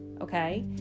okay